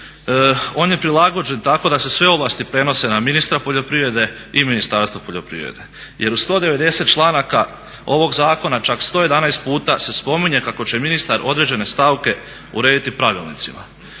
On je prilagođen tako da se sve ovlasti prenose na ministra poljoprivrede i Ministarstvo poljoprivrede. Jer u 190 članaka ovog zakona čak 111 puta se spominje kako će ministar određene stavke urediti pravilnicima.